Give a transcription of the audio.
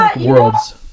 worlds